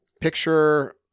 picture